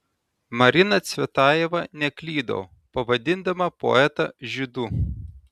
marina cvetajeva neklydo pavadindama poetą žydu